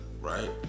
right